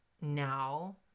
now